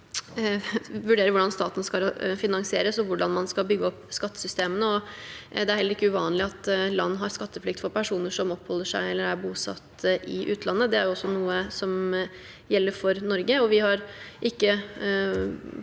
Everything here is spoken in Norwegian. å vurdere hvordan staten skal finansieres, og hvordan man skal bygge opp skattesystemet, og det er heller ikke uvanlig at land har skatteplikt for personer som oppholder seg eller er bosatt i utlandet. Det er også noe som gjelder for Norge. Vi har per